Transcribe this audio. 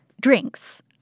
drinks